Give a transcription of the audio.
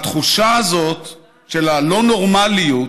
התחושה הזאת של הלא-נורמליות